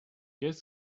qu’est